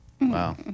Wow